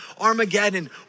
Armageddon